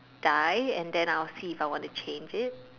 die and then I will see if I want to change it